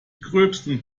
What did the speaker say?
gröbsten